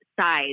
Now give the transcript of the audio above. sides